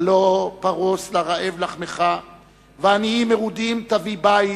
הלוא פרוס לרעב לחמך ועניים מרודים תביא בית,